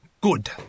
good